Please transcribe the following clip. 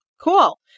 Cool